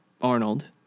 Arnold